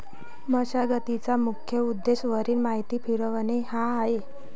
मशागतीचा मुख्य उद्देश वरील माती फिरवणे हा आहे